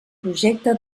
projecte